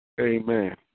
Amen